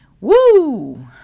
woo